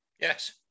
Yes